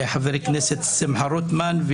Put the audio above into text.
לחבר הכנסת שמחה רוטמן,